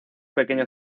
pequeño